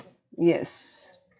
yes